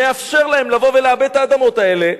מאפשר להם לבוא ולעבד את האדמות האלה,